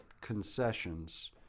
concessions